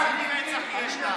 תצאי מפה, איזו עזות מצח יש לך.